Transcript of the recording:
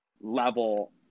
level